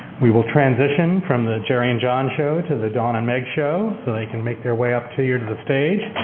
we will transition from the jerry and john show to the dawn and meg show, so they can make their way up here to the stage.